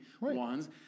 ones